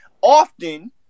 often